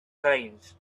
change